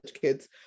kids